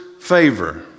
favor